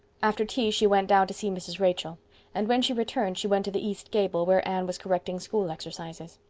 after tea she went down to see mrs. rachel and when she returned she went to the east gable, where anne was correcting school exercises.